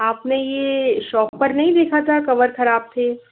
आपने यह शॉप पर नहीं देखा था कवर ख़राब थे